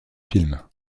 films